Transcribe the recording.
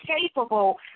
capable